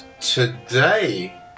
today